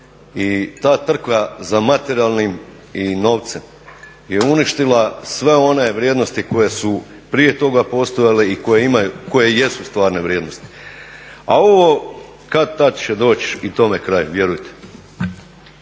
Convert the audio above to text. I ta trka za materijalnim i novcem je uništila sve one vrijednosti koje su prije toga postojale i koje jesu stvarne vrijednosti a ovo kad-tad će doći i tome kraju. Vjerujte.